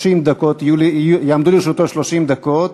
ויעמדו לרשותו 30 דקות.